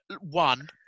One